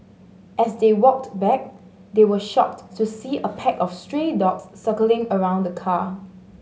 as they walked back they were shocked to see a pack of stray dogs circling around the car